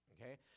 okay